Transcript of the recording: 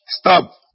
Stop